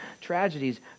tragedies